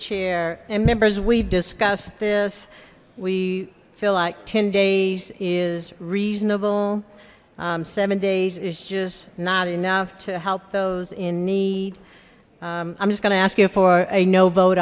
chair and members we've discussed this we feel like ten days is reasonable seven days is just not enough to help those in need i'm just gonna ask you for a no vote